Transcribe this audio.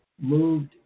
moved